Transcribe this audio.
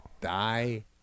die